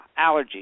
allergies